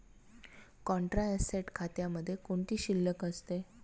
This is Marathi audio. कॉन्ट्रा ऍसेट खात्यामध्ये कोणती शिल्लक असते?